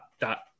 dot